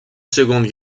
seconde